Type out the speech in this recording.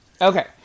okay